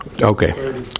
Okay